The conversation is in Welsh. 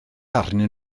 arnyn